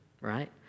right